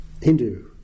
Hindu